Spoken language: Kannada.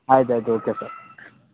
ಆಯ್ತು ಆಯ್ತು ಓಕೆ ಸರ್